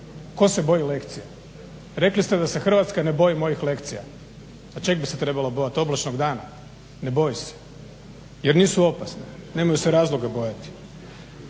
Tko se boji lekcija? Rekli ste da se Hrvatska ne boji mojih lekcija. Pa čeg bi se trebala bojati? Oblačnog dana? Ne boji se, jer nisu opasni. Nemaju se razloga bojati.